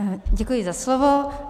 Děkuji za slovo.